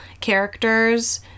characters